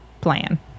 plan